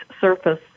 surface